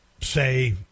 say